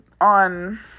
on